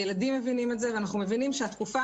הילדים מבינים את זה ואנחנו מבינים שהתקופה